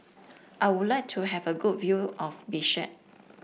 I would like to have a good view of Bishkek